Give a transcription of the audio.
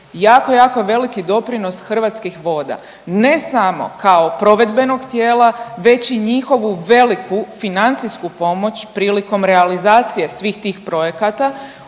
jako, jako veliki doprinos Hrvatskih voda ne samo kao provedbenog tijela već i njihovu veliku financijsku pomoć prilikom realizacije svih tih projekata.